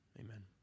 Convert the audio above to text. Amen